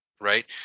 right